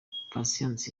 patient